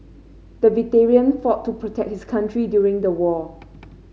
the veteran fought to protect his country during the war